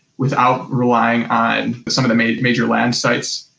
without relying on some of the major major land sites,